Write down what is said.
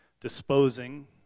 Disposing